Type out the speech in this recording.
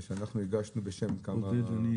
שאנחנו הגשנו בשם כמה חברים.